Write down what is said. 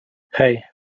hej